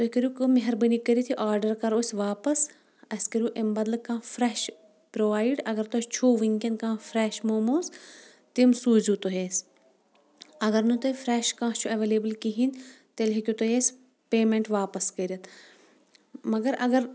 تُہۍ کٔرِو کٲم مہربٲنی کٔرتھ یہِ آرڈر کرو أسۍ واپس اسہِ کٔرِو امہِ بدلہٕ کانٛہہ فریش پروایڈ اگر تۄہہِ چھُو ؤنۍکیٚن کانٛہہ فریش موموز تِم سوٗزِو تُہۍ اسہِ اگر نہٕ تۄہہِ فریش کانٛہہ چھُ اٮ۪ویلیبٕل کہیٖنۍ تیٚلہِ ہٮ۪کِو تُہۍ اسہِ پیمیٚزنٹ واپس کٔرتھ مگر اگر